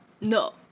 no